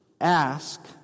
ask